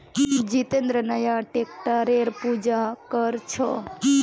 जितेंद्र नया ट्रैक्टरेर पूजा कर छ